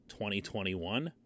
2021